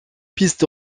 piste